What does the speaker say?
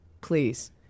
please